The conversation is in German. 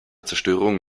zerstörungen